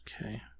Okay